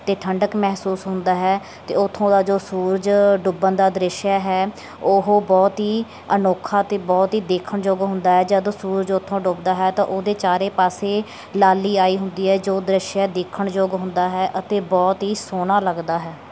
ਅਤੇ ਠੰਡਕ ਮਹਿਸੂਸ ਹੁੰਦਾ ਹੈ ਅਤੇ ਉੱਥੋਂ ਦਾ ਜੋ ਸੂਰਜ ਡੁੱਬਣ ਦਾ ਦ੍ਰਿਸ਼ ਹੈ ਉਹ ਬਹੁਤ ਹੀ ਅਨੋਖਾ ਅਤੇ ਬਹੁਤ ਹੀ ਦੇਖਣ ਯੋਗ ਹੁੰਦਾ ਜਦੋਂ ਸੂਰਜ ਉੱਥੋਂ ਡੁੱਬਦਾ ਹੈ ਤਾਂ ਉਹਦੇ ਚਾਰੇ ਪਾਸੇ ਲਾਲੀ ਆਈ ਹੁੰਦੀ ਹੈ ਜੋ ਦ੍ਰਿਸ਼ ਦੇਖਣ ਯੋਗ ਹੁੰਦਾ ਹੈ ਅਤੇ ਬਹੁਤ ਹੀ ਸੋਹਣਾ ਲੱਗਦਾ ਹੈ